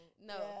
No